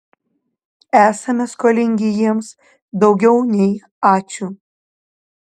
esame skolingi jiems daugiau nei ačiū